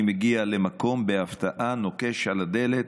אני מגיע למקום בהפתעה, נוקש על הדלת.